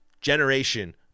generation